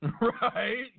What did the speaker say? Right